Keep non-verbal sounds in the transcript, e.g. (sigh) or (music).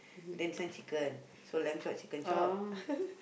then this one chicken so lamb chop chicken chop (laughs)